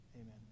Amen